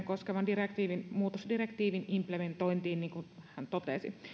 koskevan direktiivin muutosdirektiivin implementointiin niin kuin hän totesi